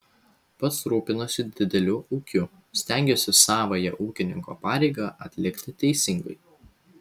pats rūpinuosi dideliu ūkiu stengiuosi savąją ūkininko pareigą atlikti teisingai